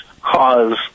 cause